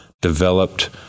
developed